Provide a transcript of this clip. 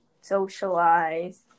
socialize